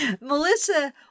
Melissa